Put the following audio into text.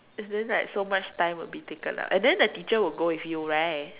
and then like so much time would be taken lah and then the teacher would go with you right